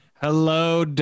Hello